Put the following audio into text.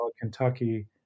Kentucky